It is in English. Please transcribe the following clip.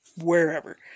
wherever